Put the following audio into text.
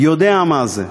יודע מה זה.